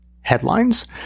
headlines